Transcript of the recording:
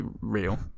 real